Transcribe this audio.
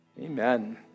amen